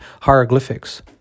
hieroglyphics